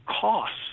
costs